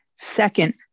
Second